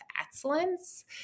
excellence